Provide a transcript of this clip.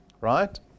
right